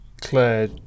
Claire